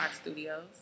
Studios